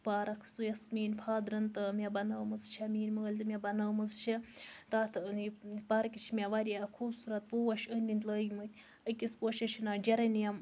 park سُہ یۄس میٛٲنۍ فادرَن تہٕ مےٚ بَنٲومٕژ چھےٚ میٛٲنۍ مٲلۍ تہٕ مےٚ بَنٲومٕژ چھےٚ تَتھ پارکہِ چھےٚ مےٚ واریاہ خوٗبصوٗرت پوش أنٛدۍ أنٛدۍ لٲگمٕتۍ أکِس پوشَس چھُ ناو جَرینِیم